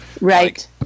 Right